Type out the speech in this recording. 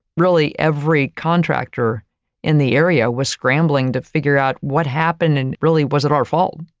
really every contractor in the area was scrambling to figure out what happened and really was it our fault?